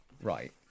right